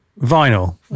vinyl